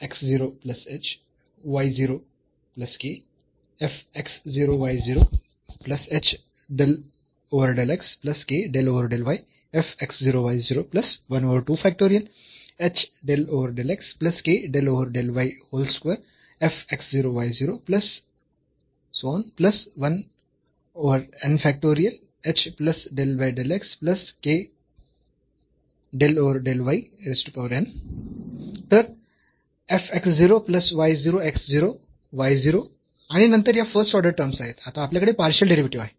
तर f x 0 plus y 0 x 0 y 0 आणि नंतर या फर्स्ट ऑर्डर टर्म्स आहेत आता आपल्याकडे पार्शियल डेरिव्हेटिव्ह आहे